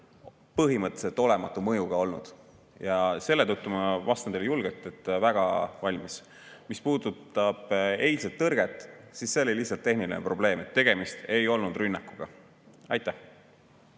põhimõtteliselt olematu mõjuga. Selle tõttu ma vastan teile julgelt, et väga valmis. Mis puudutab eilset tõrget, siis see oli lihtsalt tehniline probleem. Tegemist ei olnud rünnakuga. Tänu